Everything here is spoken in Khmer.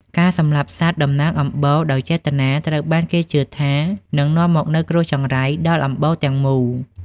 ការសម្លាប់សត្វតំណាងអំបូរដោយចេតនា ត្រូវបានគេជឿថានឹងនាំមកនូវ "គ្រោះចង្រៃ" ដល់អំបូរទាំងមូល។